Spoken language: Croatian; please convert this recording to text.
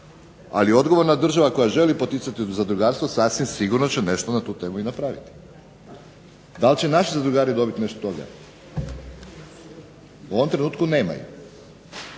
Ali, odgovorna država koja želi poticati zadrugarstvo sasvim sigurno će nešto na tu temu i napraviti. Da li će naši zadrugari dobiti nešto od toga? U ovom trenutku nemaju,